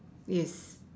yes